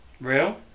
real